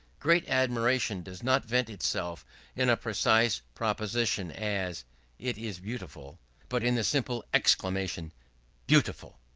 great admiration does not vent itself in a precise proposition, as it is beautiful but in the simple exclamation beautiful!